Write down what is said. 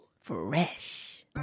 Fresh